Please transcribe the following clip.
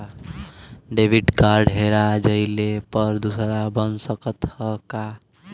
Debit card हेरा जइले पर दूसर बन सकत ह का?